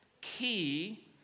key